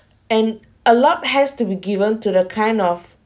and a lot has to be given to the kind of